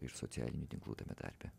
ir socialinių tinklų tame tarpe